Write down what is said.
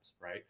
right